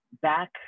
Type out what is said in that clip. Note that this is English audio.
Back